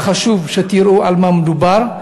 היה חשוב שתראו על מה מדובר,